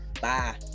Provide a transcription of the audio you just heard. Bye